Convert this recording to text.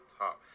top